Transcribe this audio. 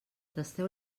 tasteu